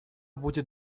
будет